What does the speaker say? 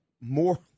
more